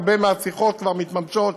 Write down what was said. הרבה מהשיחות כבר מתממשות,